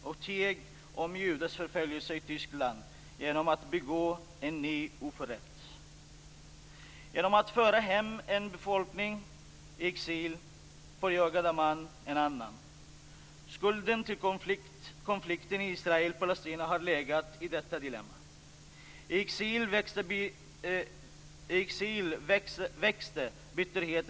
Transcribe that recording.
Jag välkomnar detta, därför att det är en strategi som fokuserar på de allra mest utsatta barnen. Fru talman! En effektiv politik för mänskliga rättigheter bör, som jag ser det, åtminstone innehålla tre huvudgrupper: offentlig kritik, erinringar och annat meningsutbyte vid bilaterala kontakter samt biståndsarbete.